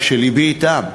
אוכלוסייה, שלבי אתה,